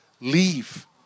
leave